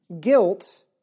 Guilt